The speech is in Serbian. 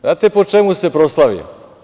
Znate po čemu se proslavio?